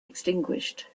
extinguished